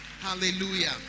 Hallelujah